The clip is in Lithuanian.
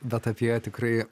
bet apie ją tikrai